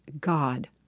God